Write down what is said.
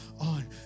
on